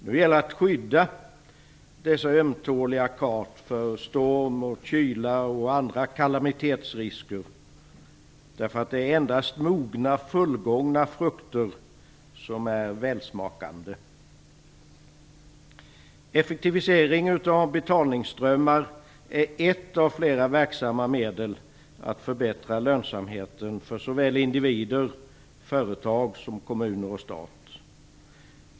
Nu gäller det att skydda de så ömtåliga karten från storm, kyla och andra kalamitetsrisker, därför att det är endast mogna, fullgångna frukter som är välsmakande. Effektivisering av betalningsströmmar är ett av flera verksamma medel för att förbättra lönsamheten för såväl individer och företag som stat.